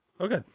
Okay